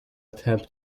attempt